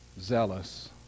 zealous